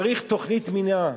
צריך תוכנית מניעה.